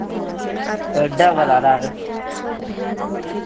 double आह्ला यरो